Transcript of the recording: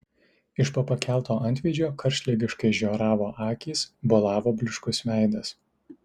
iš po pakelto antveidžio karštligiškai žioravo akys bolavo blyškus veidas